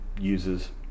uses